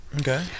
Okay